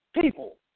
people